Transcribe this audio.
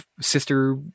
sister